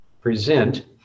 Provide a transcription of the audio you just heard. present